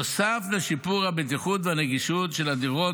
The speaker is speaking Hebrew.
נוסף לשיפור הבטיחות והנגישות של הדירות